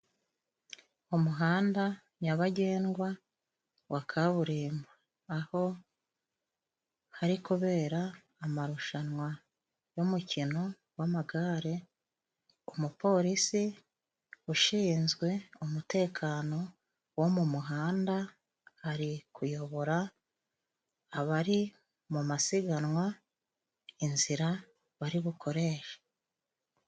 Umuhanda nyabagendwa wa kaburimbo. Aho hari kubera amarushanwa yumukino w'amagare, umupolisi ushinzwe umutekano wo mu muhanda, ari kuyobora abari mu masiganwa inzira bari bukoreshe.